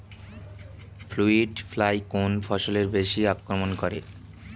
Fruit fly কোন ফসলে বেশি আক্রমন করে?